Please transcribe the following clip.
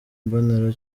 mbonera